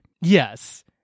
Yes